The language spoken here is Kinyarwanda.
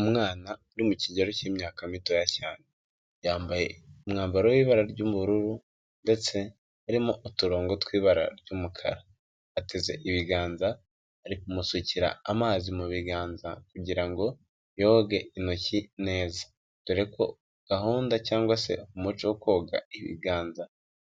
Umwana uri mu kigero cy'imyaka mitoya cyane yambaye umwambaro w'ibara ry'ubururu ndetse harimo uturongo tw'ibara ry'umukara ,ateze ibiganza arikumusukira amazi mu biganza kugira ngo yoge intoki neza dore ko gahunda cyangwa se umuco wo koga ibiganza